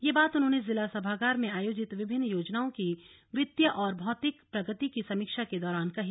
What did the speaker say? यह बात उन्होंने जिला सभागार में आयोजित विभिन्न योजनाओं की वित्तीय और भौतिक प्रगति की समीक्षा के दौरान कहीं